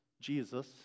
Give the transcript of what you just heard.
Jesus